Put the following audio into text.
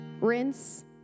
rinse